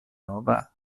nova